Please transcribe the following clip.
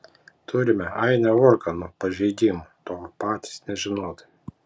turime ainę organų pažeidimų to patys nežinodami